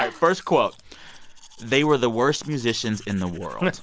ah first quote they were the worst musicians in the world.